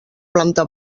planta